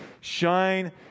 shine